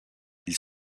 ils